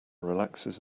relaxes